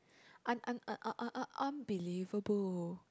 un~ un~ un~ un~ un~ unbelievable